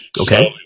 okay